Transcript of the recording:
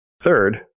third